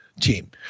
team